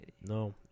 No